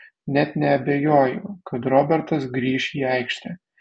net neabejoju kad robertas grįš į aikštę